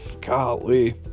Golly